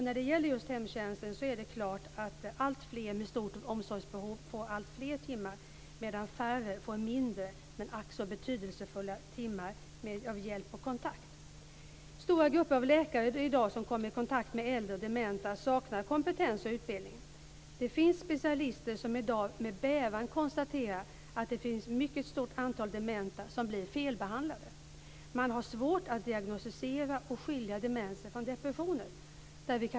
När det gäller just hemtjänsten är det klart att alltfler med stort omsorgsbehov får alltfler timmar, medan färre får mindre men ack så betydelsefulla timmar av hjälp och kontakt. Stora grupper av läkare som i dag kommer i kontakt med äldre och dementa saknar kompetens och utbildning. Det finns specialister som i dag med bävan konstaterar att det finns ett mycket stort antal dementa som blir felbehandlade. Man har svårt att diagnostisera och skilja demens från depression.